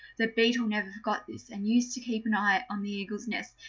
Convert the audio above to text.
the beetle never forgot this, and used to keep an eye on the eagle's nest,